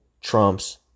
trumps